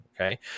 okay